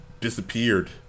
disappeared